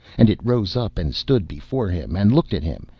and it rose up and stood before him, and looked at him,